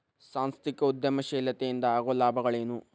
ಸಾಂಸ್ಥಿಕ ಉದ್ಯಮಶೇಲತೆ ಇಂದ ಆಗೋ ಲಾಭಗಳ ಏನು